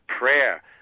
Prayer